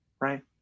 Right